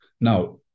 Now